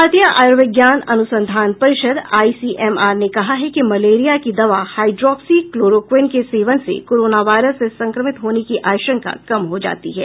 भारतीय आयुर्विज्ञान अनुसंधान परिषद आईसीएमआर ने कहा है कि मलेरिया की दवा हाईड्रॉक्सी क्लोरोक्विन के सेवन से कोरोना वायरस से संक्रमित होने की आशंका कम हो जाती है